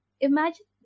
Imagine